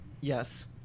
Yes